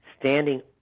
standing